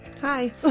Hi